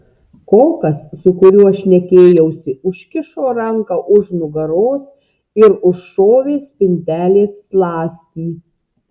kokas su kuriuo šnekėjausi užkišo ranką už nugaros ir užšovė spintelės skląstį